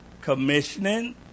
commissioning